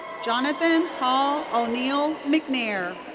jonathan hal o'neill mcnair.